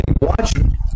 watching